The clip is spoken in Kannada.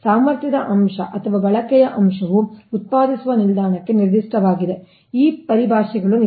ಸಾಮರ್ಥ್ಯದ ಅಂಶ ಅಥವಾ ಬಳಕೆಯ ಅಂಶವು ಉತ್ಪಾದಿಸುವ ನಿಲ್ದಾಣಕ್ಕೆ ನಿರ್ದಿಷ್ಟವಾಗಿದೆ ಈ ಪರಿಭಾಷೆಗಳು ನಿಜ